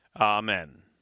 Amen